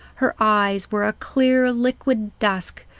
her eyes were a clear, liquid dusk,